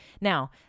Now